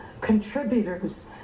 contributors